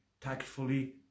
tactfully